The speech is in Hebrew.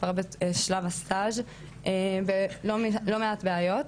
כבר בשלב הסטאז' בלא מעט בעיות.